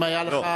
אם היה לך,